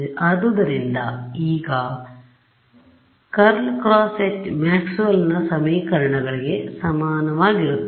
ಆದ್ದರಿಂದ ಈಗ∇×H ಮ್ಯಾಕ್ಸ್ವೆಲ್ನMaxwell's ಸಮೀಕರಣಗಳಿಗೆ ಸಮನಾಗಿರುತ್ತದೆ